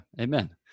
amen